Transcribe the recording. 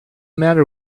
matter